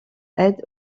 aide